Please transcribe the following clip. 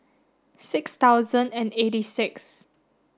six thousand and eighty six